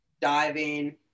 diving